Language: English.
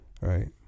right